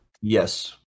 Yes